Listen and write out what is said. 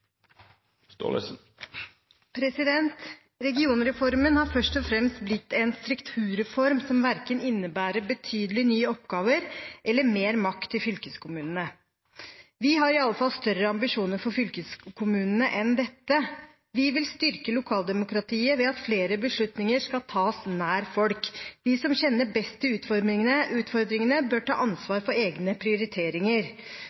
replikkordskifte. Regionreformen har først og fremst blitt en strukturreform som verken innebærer betydelige nye oppgaver eller mer makt til fylkeskommunene. Vi har i alle fall større ambisjoner for fylkeskommunene enn dette. Vi vil styrke lokaldemokratiet ved at flere beslutninger skal tas nær folk. De som kjenner best til utfordringene, bør ta